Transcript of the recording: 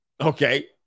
Okay